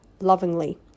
lovingly